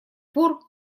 пор